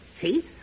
See